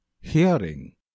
Hearing